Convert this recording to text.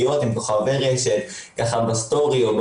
אני אנצל את המסגרת הזאת כדי לומר בצורה חד